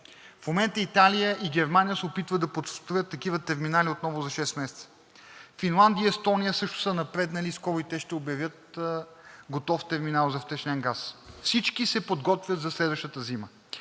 в момента Италия и Германия се опитват да построят такива терминали отново за 6 месеца; Финландия и Естония също са напреднали и скоро и те ще обявят готов терминал за втечнен газ. Всички се подготвят за следващата зима.